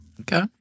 Okay